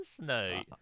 No